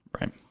Right